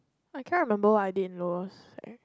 I can't remember what I did in lower sec